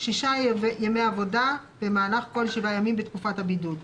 שישה ימי עבודה במהלך כל שבעה ימים בתקופת הבידוד.